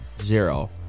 Zero